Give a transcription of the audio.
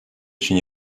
için